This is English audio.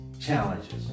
challenges